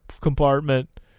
compartment